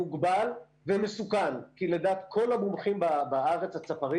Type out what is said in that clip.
מוגבל, ומסוכן, כי לדעת כל המומחים הצפרים